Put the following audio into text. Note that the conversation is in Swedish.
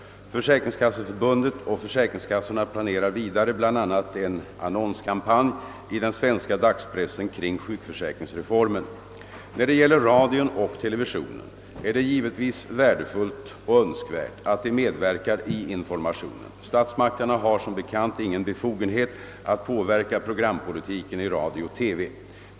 Försäkringskasseförbundet och försäkringskassorna planerar vidare bl.a. en annonskampanj i den svenska dagspressen kring sjukförsäkringsreformen. När det gäller radion och televisionen är det givetvis värdefullt och önskvärt att de medverkar i informationen. Statsmakterna har som bekant ingen befogenhet att påverka programpolitiken i radio/TV.